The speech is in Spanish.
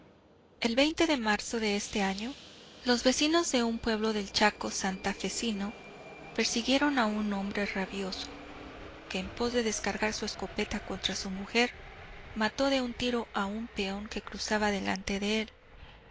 el de marzo de este año los vecinos de un pueblo del chaco santafecino persiguieron a un hombre rabioso que en pos de descargar su escopeta contra su mujer mató de un tiro a un peón que cruzaba delante de él